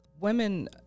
women